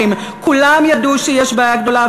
"כולם ידעו שיש בעיה גדולה,